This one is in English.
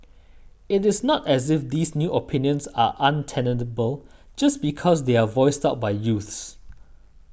it is not as if these new opinions are untenable just because they are voiced out by youths